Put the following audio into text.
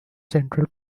central